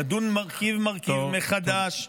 נדון מרכיב-מרכיב מחדש,